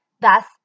Thus